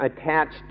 attached